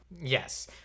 Yes